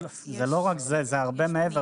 זה לא רק זה; זה הרבה מעבר.